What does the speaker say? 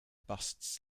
busts